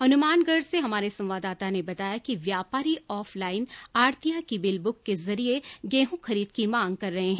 हनुमानगढ़ से हमारे संवाददाता ने बताया कि व्यापारी ऑफलाइन आढ़तिया की बिल बुक के जरिए गेहूं खरीद की मांग कर रहे हैं